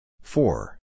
Four